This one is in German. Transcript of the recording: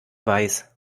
weiß